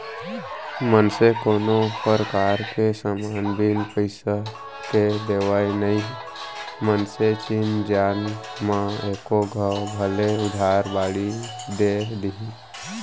मनसे कोनो परकार के समान बिन पइसा के देवय नई मनसे चिन जान म एको घौं भले उधार बाड़ी दे दिही